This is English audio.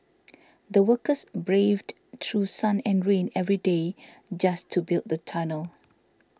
the workers braved through sun and rain every day just to build the tunnel